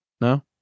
No